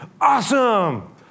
Awesome